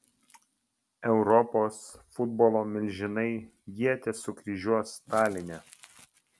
europos futbolo milžinai ietis sukryžiuos taline